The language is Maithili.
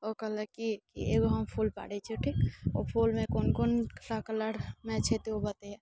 ओ कहलक कि कि एगो हम फूल पारैत छियौ ठीक ओ फूलमे कोन कोन सा कलर मैच हेतै ओ बतेहिएँ